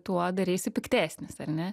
tuo dareisi piktesnis ar ne